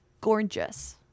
gorgeous